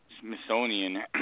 Smithsonian